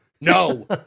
no